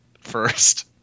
first